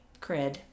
cred